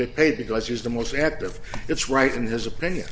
get paid because he's the most active it's right in his opinion